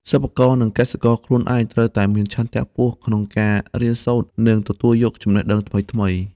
សិប្បករនិងកសិករខ្លួនឯងត្រូវតែមានឆន្ទៈខ្ពស់ក្នុងការរៀនសូត្រនិងទទួលយកចំណេះដឹងថ្មីៗ។